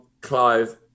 Clive